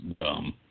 dumb